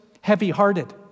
heavy-hearted